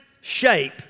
shape